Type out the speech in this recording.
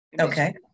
Okay